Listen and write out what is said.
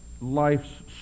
Life's